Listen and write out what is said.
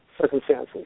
circumstances